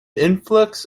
influx